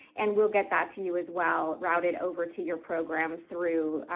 and we'll get that to you as well, routed over to your program through.